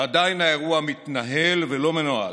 ועדיין האירוע מתנהל ולא מנוהל.